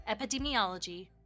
Epidemiology